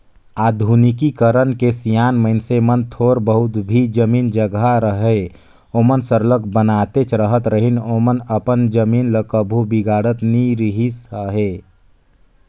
आधुनिकीकरन के सियान मइनसे मन थोर बहुत भी जमीन जगहा रअहे ओमन सरलग बनातेच रहत रहिन ओमन अपन जमीन ल कभू बिगाड़त नी रिहिस अहे